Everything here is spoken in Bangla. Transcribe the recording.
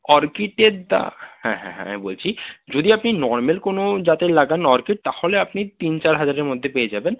অর্কিডের দা হ্যাঁ হ্যাঁ হ্যাঁ আমি বলছি যদি আপনি নর্ম্যাল কোনো জাতের লাগান অর্কিড তাহলে আপনি তিন চার হাজারের মধ্যে পেয়ে যাবেন